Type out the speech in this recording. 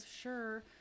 sure